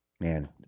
man